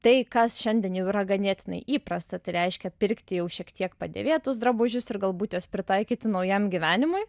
tai kas šiandien jau yra ganėtinai įprasta tai reiškia pirkti jau šiek tiek padėvėtus drabužius ir galbūt juos pritaikyti naujam gyvenimui